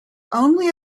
only